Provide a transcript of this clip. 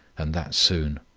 and that soon.